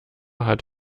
hat